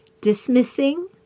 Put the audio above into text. dismissing